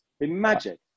Imagine